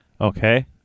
Okay